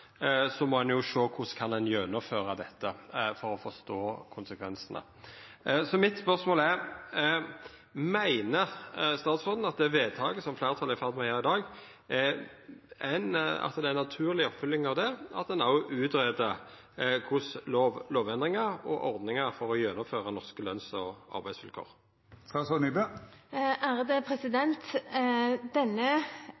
må ein jo sjå korleis ein kan gjennomføra dette – for å forstå konsekvensane. Spørsmålet mitt er: Meiner statsråden at det vedtaket som fleirtalet er i ferd med å fatta i dag, er ei naturleg oppfølging av det, og at ein òg vil greia ut lovendringar og ordningar for å gjennomføra norske løns- og